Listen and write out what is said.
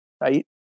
right